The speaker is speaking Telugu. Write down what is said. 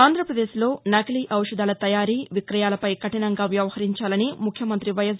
ఆంధ్రాప్రదేశ్లో నకిలీ ఔషదాల తయారీ విక్రయాలపై కఠినంగా వ్యవహరించాలని ముఖ్యమంత్రి వైఎస్